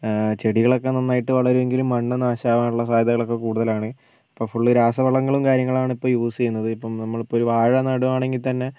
ചെടികളൊക്കെ നന്നായിട്ട് വളരുവെങ്കിലും മണ്ണ് നാശം ആവാനുള്ള സാധ്യതകളൊക്കെ കൂടുതലാണ് ഇപ്പോൾ ഫുൾ രാസവളങ്ങളും കാര്യങ്ങളാണ് ഇപ്പോൾ യൂസ് ചെയ്യുന്നത് ഇപ്പം നമ്മളിപ്പോൾ ഒരു വാഴ നടുവാണെങ്കിൽ തന്നെ